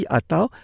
atau